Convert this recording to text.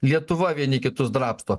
lietuva vieni kitus drabsto